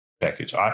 package